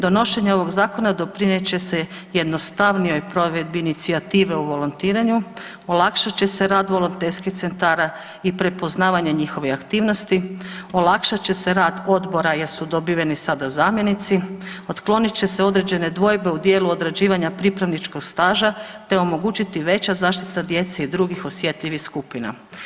Donošenjem ovog zakona doprinijet će se jednostavnijom provedbi inicijative o volontiranju, olakšat će se rad volonterskih centara i prepoznavanje njihovih aktivnosti, olakšat će se rad odbora jer su dobiveni sada zamjenici, otklonit će se određene dvojbe u dijelu odrađivanja pripravničkog staža te omogućit veća zaštita djeca i drugih osjetljivih skupina.